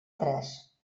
tres